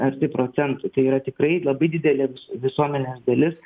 arti procentų tai yra tikrai labai didelė visuomenės dalis